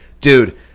Dude